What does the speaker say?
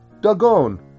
Dagon